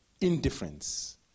Indifference